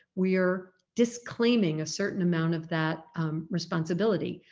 we are disclaiming a certain amount of that responsibility.